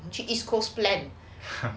去 east coast plan